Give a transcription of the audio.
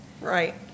Right